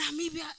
Namibia